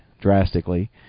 drastically